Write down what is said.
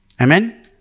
amen